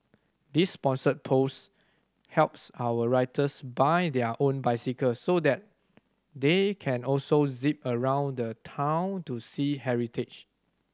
this sponsored post helps our writers buy their own bicycles so that they can also zip around town to see heritage